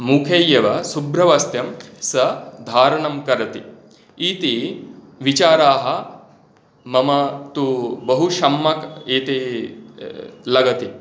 मुखे एव शुभ्रवस्त्रं सः धारणं करोति इति विचाराः मम तु बहु सम्यक् इति लगति